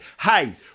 hey